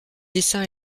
dessin